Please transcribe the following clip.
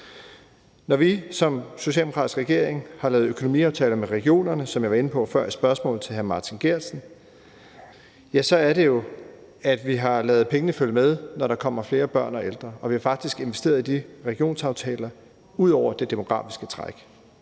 Når vi som socialdemokratisk regering har lavet økonomiaftaler med regionerne, som jeg var inde på før i spørgsmålet til hr. Martin Geertsen, er det jo sådan, at vi har ladet pengene følge med, når der er kommet flere børn og ældre. Vi har faktisk i de regionsaftaler investeret ud over det demografiske træk.